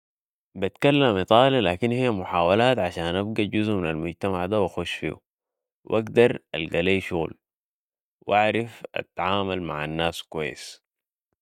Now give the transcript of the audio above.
بتكلم الايطالي لكن هي محاولات عشان ابقى جزو من المجتمع ده و اخش فيو و اقدر القى لي شغل و اعرف اتعامل مع الناس كويس